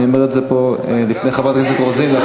אני אומר את זה פה לפני חברת הכנסת רוזין.